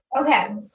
Okay